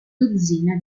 dozzina